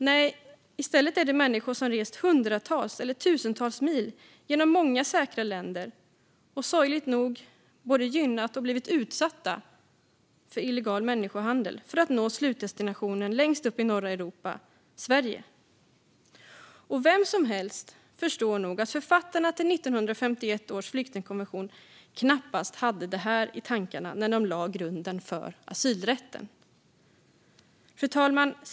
Nej, i stället är det människor som rest hundratals eller tusentals mil genom många säkra länder och som sorgligt nog både gynnat och blivit utsatta för illegal människohandel för att nå slutdestinationen längst upp i norra Europa: Sverige. Vem som helst förstår nog att författarna till 1951 års flyktingkonvention knappast hade detta i tankarna när de lade grunden för asylrätten. Fru talman!